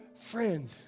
friend